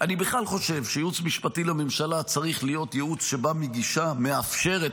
אני בכלל חושב שייעוץ משפטי לממשלה צריך להיות ייעוץ שבא מגישה מאפשרת.